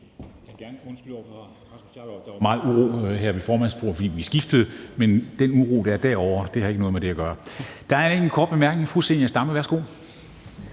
Jeg vil gerne undskylde over for hr.